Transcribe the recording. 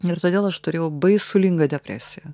ir todėl aš turėjau baisulingą depresiją